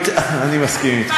אני מסכים אתך,